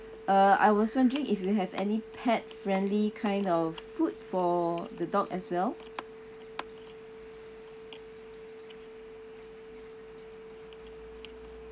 uh I was wondering if you have any friendly kind of food for the dog as well